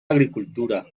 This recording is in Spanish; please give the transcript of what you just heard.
agricultura